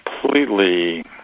completely